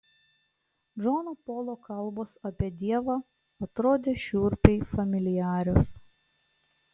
džono polo kalbos apie dievą atrodė šiurpiai familiarios